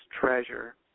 treasure